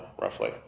roughly